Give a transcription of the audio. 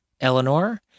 Eleanor